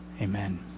Amen